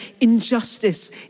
injustice